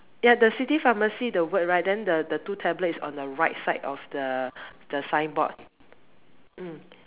ya the city pharmacy the word right then the the two tablet is on the right side of the the signboard mm